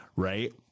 right